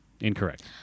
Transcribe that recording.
incorrect